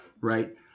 Right